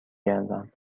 گردم